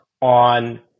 on